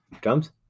Drums